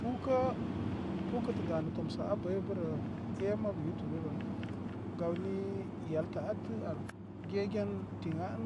Pukə pukə tə danə tomsə abəybərə e mabu yuturu rə gawni yeltə atə ar gegen tiŋ a ən